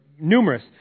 numerous